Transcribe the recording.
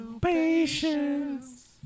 patience